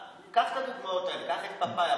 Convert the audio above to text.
קח את הדוגמאות האלה, קח את פאפאיה.